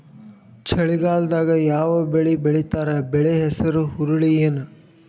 ಚಳಿಗಾಲದಾಗ್ ಯಾವ್ ಬೆಳಿ ಬೆಳಿತಾರ, ಬೆಳಿ ಹೆಸರು ಹುರುಳಿ ಏನ್?